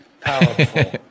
powerful